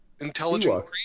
intelligent